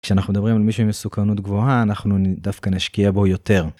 כשאנחנו מדברים על מישהו עם מסוכנות גבוהה, אנחנו דווקא נשקיע בו יותר.